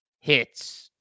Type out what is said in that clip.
hits